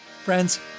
Friends